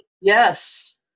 Yes